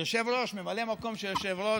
יושב-ראש, ממלא מקום של יושב-ראש,